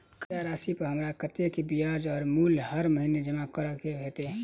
कर्जा राशि पर हमरा कत्तेक ब्याज आ मूल हर महीने जमा करऽ कऽ हेतै?